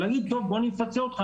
ולהגיד בואו אני אפצה אתכם.